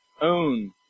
own